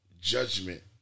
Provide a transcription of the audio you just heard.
judgment